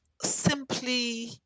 simply